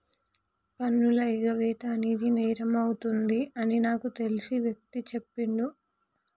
పన్నుల ఎగవేత అనేది నేరమవుతుంది అని నాకు తెలిసిన వ్యక్తి చెప్పిండు